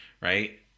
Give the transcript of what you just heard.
right